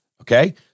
Okay